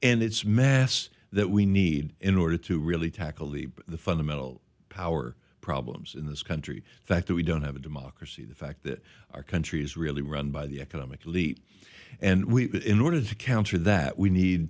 and its mass that we need in order to really tackle the fundamental power problems in this country fact that we don't have a democracy the fact that our country is really run by the economic elite and we in order to counter that we need